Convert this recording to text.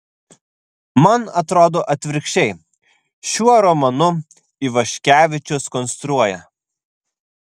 man atrodo atvirkščiai šiuo romanu ivaškevičius konstruoja